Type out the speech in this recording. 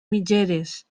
mitgeres